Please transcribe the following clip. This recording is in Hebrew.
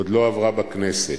עוד לא עברה בכנסת,